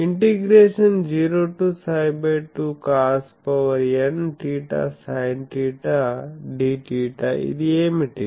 ∫0 to ψ2cosnθsinθ dθ ఇది ఏమిటి